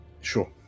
Sure